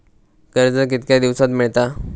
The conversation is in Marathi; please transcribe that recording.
कर्ज कितक्या दिवसात मेळता?